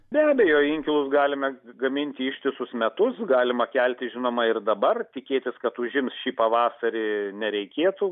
be abejo inkilus galime gaminti ištisus metus galima kelti žinoma ir dabar tikėtis kad užims šį pavasarį nereikėtų